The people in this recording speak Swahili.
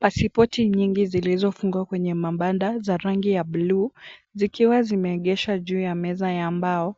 Pasipoti nyingi zilizofungwa kwenye mabanda za rangi ya bluu zikiwa zimeegesha juu ya meza ya ambao